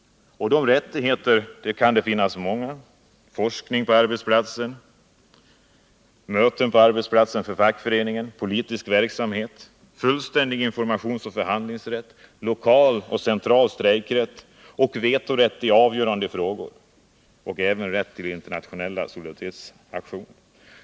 Av sådana rättigheter kan det finnas många, såsom fackets rätt att bedriva forskning på arbetsplatsen, fackets och forskares rätt till tillträde till arbetsplatsen, rätt till fackliga möten på arbetstid, rätt till politisk verksamhet, fullständig informationsoch förhandlingsrätt, lokal och central strejkrätt, Nr 40 vetorätt i avgörande frågor och även rätt till internationella solidaritetsaktioner.